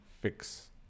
fix